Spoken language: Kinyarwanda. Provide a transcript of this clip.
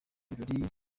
birori